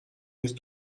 نیست